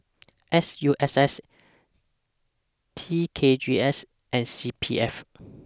S U S S T K G S and C P F